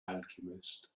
alchemist